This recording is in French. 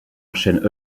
enchaîne